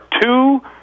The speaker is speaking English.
two